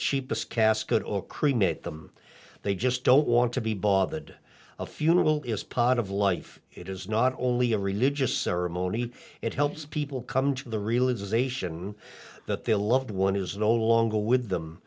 cheapest casket or cremate them they just don't want to be bothered a funeral is part of life it is not only a religious ceremony it helps people come to the realization that their loved one is no longer with them